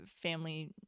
family